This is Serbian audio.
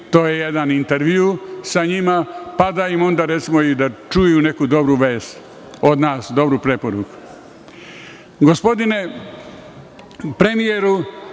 to je jedan intervju sa njima, pa da onda, recimo, i čuju neku dobru vest od nas, dobru preporuku. Gospodine premijeru,